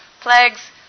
plagues